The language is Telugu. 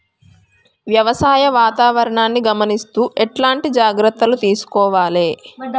వ్యవసాయ వాతావరణాన్ని గమనిస్తూ ఎట్లాంటి జాగ్రత్తలు తీసుకోవాలే?